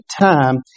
time